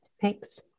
Thanks